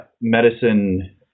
medicine